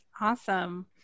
Awesome